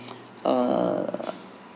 err